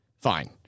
fine